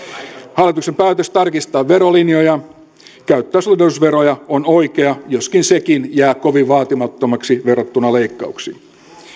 hallituksen päätös tarkistaa verolinjoja käyttää suhteellisuusveroja on oikea joskin sekin jää kovin vaatimattomaksi verrattuna leikkauksiin